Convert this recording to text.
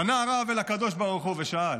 פנה הרב אל הקדוש ברוך הוא ושאל: